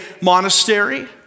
monastery